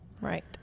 right